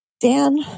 Dan